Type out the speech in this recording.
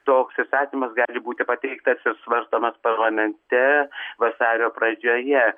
toks įstatymas gali būti pateiktas ir svarstomas parlamente vasario pradžioje